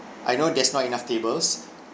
I know there's not enough tables